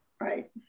right